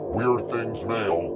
WeirdThingsMail